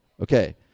Okay